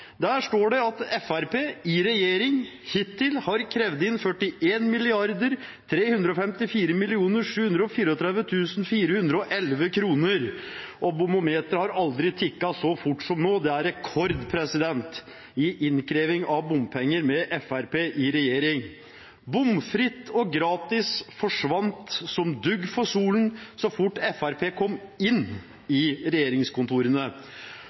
Der står det at Fremskrittspartiet i regjering hittil har krevd inn 41 354 734 411 kr. Bomometeret har aldri tikket så fort som nå. Det er rekord i innkreving av bompenger med Fremskrittspartiet i regjering. Bomfritt og gratis forsvant som dugg for solen så fort Fremskrittspartiet kom inn i regjeringskontorene.